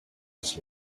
his